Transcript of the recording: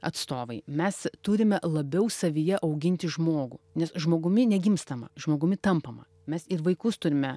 atstovai mes turime labiau savyje auginti žmogų nes žmogumi negimstama žmogumi tampama mes ir vaikus turime